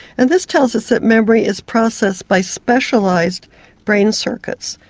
and this tells us that memory is process by specialised brain circuits,